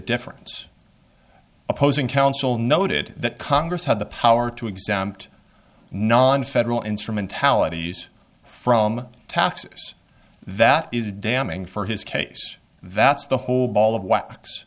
difference opposing counsel noted that congress had the power to exempt nonfederal instrumentalities from taxes that is damning for his case that's the whole ball of wax